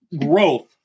growth